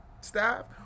staff